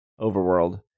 overworld